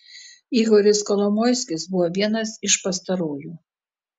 ihoris kolomoiskis buvo vienas iš pastarųjų